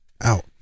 Out